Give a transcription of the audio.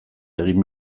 egin